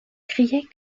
criaient